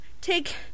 take